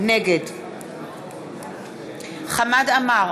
נגד חמד עמאר,